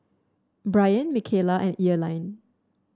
Brien Michaela and Earline